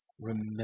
remember